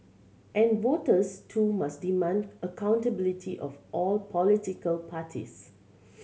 and voters too must demand accountability of all political parties